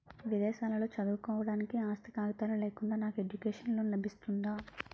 విదేశాలలో చదువుకోవడానికి ఆస్తి కాగితాలు లేకుండా నాకు ఎడ్యుకేషన్ లోన్ లబిస్తుందా?